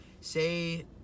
Say